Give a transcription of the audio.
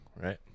right